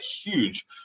huge